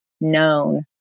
known